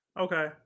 Okay